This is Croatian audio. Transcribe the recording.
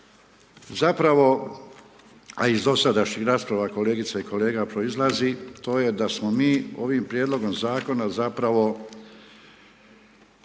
zapravo a iz dosadašnjih rasprava kolegica i kolega proizlazi to je da smo mi ovim Prijedlogom zakona zapravo